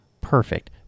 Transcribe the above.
Perfect